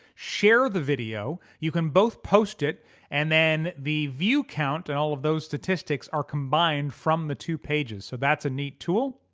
share the video. you can both post it and then the view count and all of those statistics are combined from the two pages. so that's a neat tool.